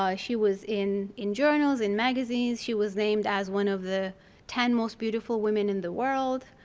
ah she was in in journals, in magazines. she was named as one of the ten most beautiful women in the world.